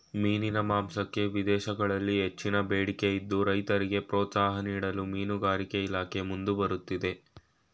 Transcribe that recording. ಮೀನಿನ ಮಾಂಸಕ್ಕೆ ವಿದೇಶಗಳಲ್ಲಿ ಹೆಚ್ಚಿನ ಬೇಡಿಕೆ ಇದ್ದು, ರೈತರಿಗೆ ಪ್ರೋತ್ಸಾಹ ನೀಡಲು ಮೀನುಗಾರಿಕೆ ಇಲಾಖೆ ಮುಂದೆ ಬರುತ್ತಿದೆ